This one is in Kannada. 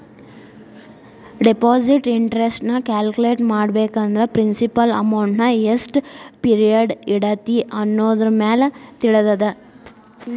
ಡೆಪಾಸಿಟ್ ಇಂಟರೆಸ್ಟ್ ನ ಕ್ಯಾಲ್ಕುಲೆಟ್ ಮಾಡ್ಬೇಕಂದ್ರ ಪ್ರಿನ್ಸಿಪಲ್ ಅಮೌಂಟ್ನಾ ಎಷ್ಟ್ ಪಿರಿಯಡ್ ಇಡತಿ ಅನ್ನೋದರಮ್ಯಾಲೆ ತಿಳಿತದ